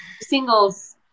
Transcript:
Singles